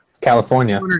California